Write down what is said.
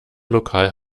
lokal